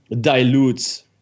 dilutes